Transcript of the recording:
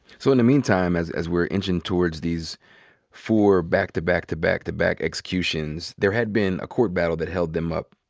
so in the meantime, as as we're inching towards these four back-to-back-to-back-to-back executions, there had been a court battle that held them up.